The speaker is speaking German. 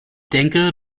denke